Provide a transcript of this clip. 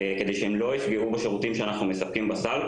כדי שהן לא יפגעו בשירותים שאנחנו מספקים בסל,